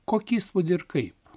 kokį įspūdį ir kaip